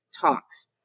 talks